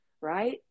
right